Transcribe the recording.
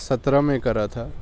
سترہ میں کرا تھا